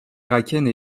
irakienne